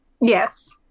Yes